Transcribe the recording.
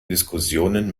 diskussionen